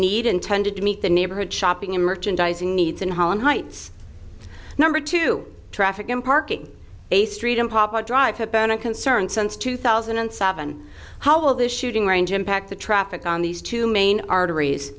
need intended to meet the neighborhood shopping in merchandising needs in holland heights number two traffic and parking a street in poplar drive have been a concern since two thousand and seven how will this shooting range impact the traffic on these two main arteries